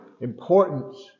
importance